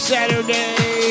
Saturday